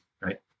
right